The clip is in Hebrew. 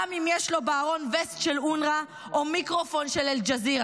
גם אם יש לו בארון וסט של אונר"א או מיקרופון של אל-ג'זירה,